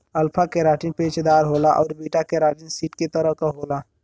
alpha keratin पेचदार होला आउर बीटा केराटिन सीट के तरह क होला